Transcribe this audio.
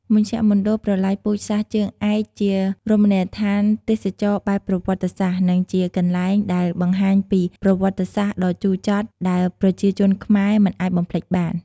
មជ្ឈមណ្ឌលប្រល័យពូជសាសន៍ ជើងឯកជារមនីយដ្ឋានទេសចរណ៍បែបប្រវត្តិសាស្ត្រ និងជាកន្លែងដែលបង្ហាញពីប្រវត្តិសាស្ត្រដ៏ជូរចត់ ដែលប្រជាជនខ្មែរមិនអាចបំភ្លេចបាន។